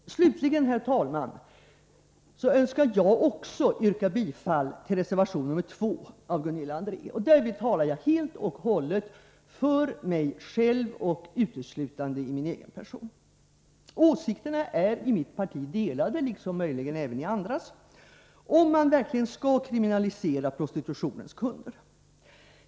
Slutligen, herr talman, önskar jag yrka bifall också till reservation nr 2 av Gunilla André. Därvid talar jag helt och hållet för mig själv. Åsikterna är delade i mitt parti, liksom möjligen även i andra, om man verkligen skall kriminalisera prostitutionens kunder.